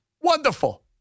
wonderful